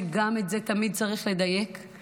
וגם את זה תמיד צריך לדייק,